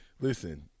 listen